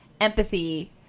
empathy